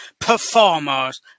performers